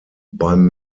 beim